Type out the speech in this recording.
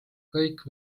kõik